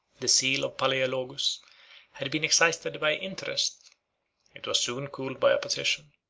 the zeal of palaeologus had been excited by interest it was soon cooled by opposition